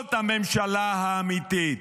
זאת הממשלה האמיתית,